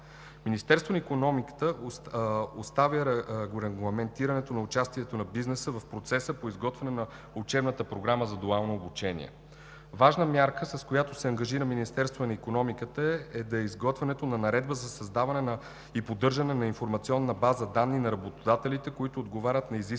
Министерството на икономиката оставя регламентирането на участието на бизнеса в процеса по изготвяне на учебната програма за дуално обучение. Важна мярка, с която се ангажира Министерството на икономиката, е изготвянето на наредба за създаване и поддържане на информационна база данни на работодателите, които отговарят на изискванията